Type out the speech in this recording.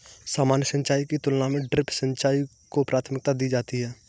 सामान्य सिंचाई की तुलना में ड्रिप सिंचाई को प्राथमिकता दी जाती है